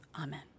Amen